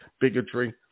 bigotry